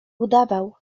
udawał